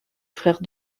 frère